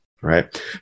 Right